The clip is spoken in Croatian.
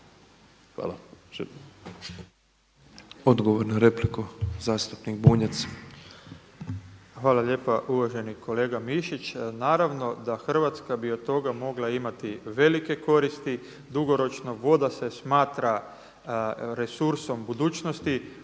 Branimir (Živi zid)** Hvala lijepa. Uvaženi kolega Mišić. Naravno da Hrvatska bi od toga mogla imati velike koristi, dugoročno voda se smatra resursom budućnosti